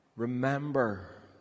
Remember